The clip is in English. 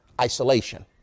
isolation